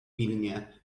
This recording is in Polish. pilnie